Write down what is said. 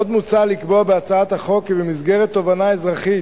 עוד מוצע לקבוע בהצעת החוק כי במסגרת תובענה אזרחית